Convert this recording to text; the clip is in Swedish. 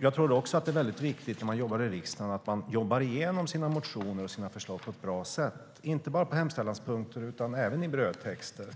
Det är också viktigt att vi i riksdagen jobbar igenom våra motioner och förslag på ett bra sätt, inte bara hemställanspunkter utan även brödtexter.